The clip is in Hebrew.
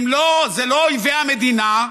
הם לא אויבי המדינה.